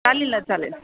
चालेल चालेल